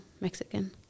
mexican